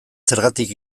zergatik